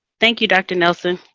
thank you, dr. nelson.